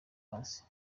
hasi